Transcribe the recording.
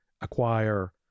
acquire